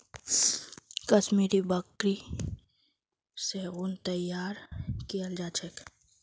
कश्मीरी बकरि स उन तैयार कियाल जा छेक